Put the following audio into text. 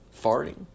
farting